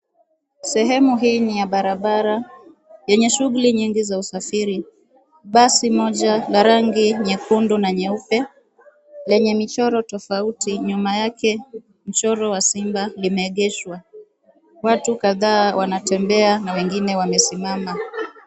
Sehemu hii ni ya barabara yenye shuguli nyingi za usafiri. Basi moja la rangi nyekundu na nyeupe lenye michoro tofauti nyuma yake mchoro wa simba limeegeshwa. Watu kadhaa wanatembea na wengine wamesimama.